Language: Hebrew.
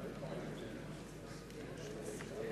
אינו נוכח איתן